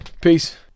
Peace